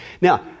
Now